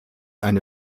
eine